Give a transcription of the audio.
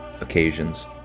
occasions